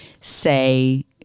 say